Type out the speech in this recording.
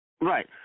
right